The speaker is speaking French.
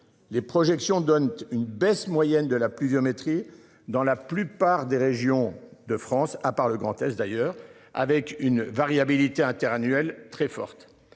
Les projections donnent une baisse moyenne de la pluviométrie dans la plupart des régions de France, à part le Grand-Est, d'ailleurs avec une variabilité interannuelle très forte